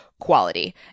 Quality